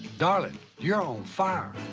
darlin' you're on fire,